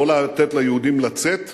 לא לתת ליהודים לצאת,